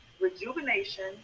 rejuvenation